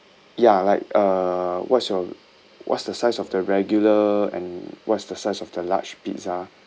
ya like uh what's your what's the size of the regular and what's the size of the large pizza